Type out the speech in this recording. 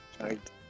Right